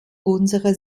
unsere